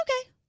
Okay